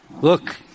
look